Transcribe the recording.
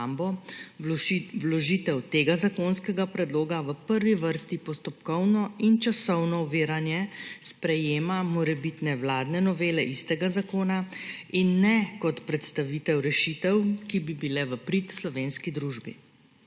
vložitev tega zakonskega predloga v prvi vrsti postopkovno in časovno oviranje sprejetja morebitne vladne novele istega zakona in ne predstavitev rešitev, ki bi bile v prid slovenski družbi.